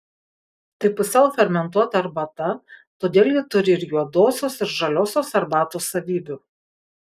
tai pusiau fermentuota arbata todėl ji turi ir juodosios ir žaliosios arbatos savybių